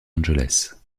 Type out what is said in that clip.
angeles